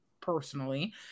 personally